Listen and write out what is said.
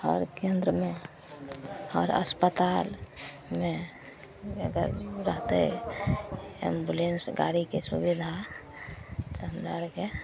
हर केन्द्रमे आओर अस्पतालमे अगर रहतै एम्बुलेन्स गाड़ीके सुविधा तऽ हमरा आओरकेँ